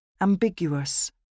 ambiguous